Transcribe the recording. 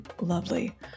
lovely